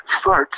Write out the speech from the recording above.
farts